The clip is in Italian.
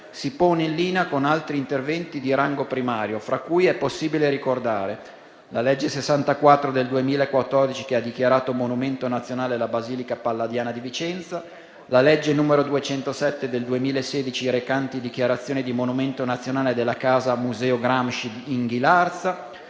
si pone in linea con altri interventi di rango primario, fra cui è possibile ricordare la legge n. 64 del 2014, che ha dichiarato monumento nazionale la Basilica palladiana di Vicenza, la legge n. 207 del 2016, recante dichiarazioni di monumento nazionale della casa museo Gramsci a Ghilarza,